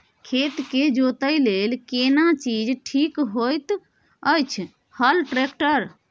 खेत के जोतय लेल केना चीज ठीक होयत अछि, हल, ट्रैक्टर?